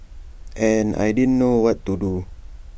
and I didn't know what to do